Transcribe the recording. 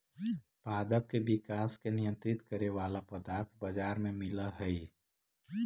पादप के विकास के नियंत्रित करे वाला पदार्थ बाजार में मिलऽ हई